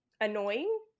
annoying